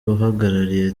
uhagarariye